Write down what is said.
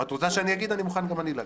את רוצה שאני אגיד, אני מוכן גם להגיד.